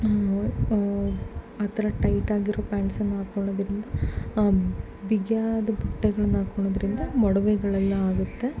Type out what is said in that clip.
ಆ ಥರ ಟೈಟ್ ಆಗಿರೋ ಪ್ಯಾಂಟ್ಸನ್ನು ಹಾಕೊಳೋದ್ರಿಂದ ಬಿಗಿಯಾದ ಬಟ್ಟೆಗಳ್ನ ಹಾಕೊಳೋದ್ರಿಂದ ಮೊಡವೆಗಳೆಲ್ಲ ಆಗುತ್ತೆ